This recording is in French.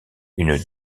une